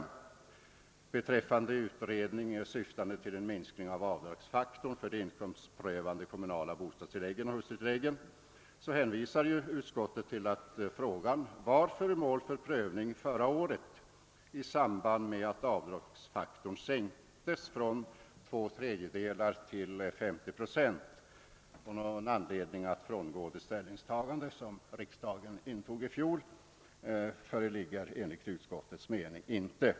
Vad beträffar en utredning syftande till minskning av avdragsfaktorn för de inkomstprövade kommunala bostadstilläggen och hustrutilläggen hänvisar utskottet till att frågan var föremål för prövning förra året i samband med att avdragsfaktorn sänktes från 66 2/3 till 530 procent; någon anledning att frångå det ställningstagandet som riksdagen gjorde i fjol föreligger inte enligt utskottets mening.